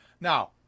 Now